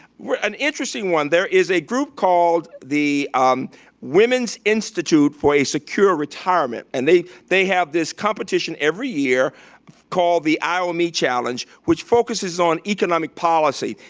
an interesting one, there is a group called the women's institute for a secure retirement and they they have this competition every year called the iome challenge which focuses on economic policy,